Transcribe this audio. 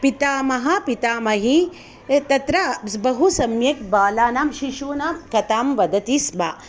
पितामहः पितामही तत्र बहु सम्यक् बालानां शिशूनां कथां वदति स्म